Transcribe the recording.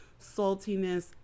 saltiness